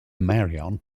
marion